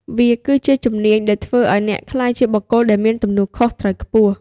វាជាជំនាញដែលធ្វើឱ្យអ្នកក្លាយជាបុគ្គលដែលមានទំនួលខុសត្រូវខ្ពស់។